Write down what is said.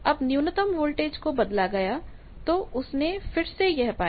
अब न्यूनतम वोल्टेज को बदला गया तो उसने फिर से यह पाया